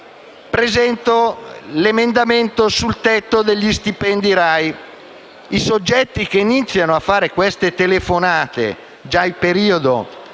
presentato l'emendamento sul tetto degli stipendi RAI, i soggetti che hanno iniziato a fare queste telefonate già durante